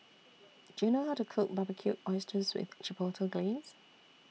Do YOU know How to Cook Barbecued Oysters with Chipotle Glaze